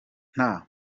nta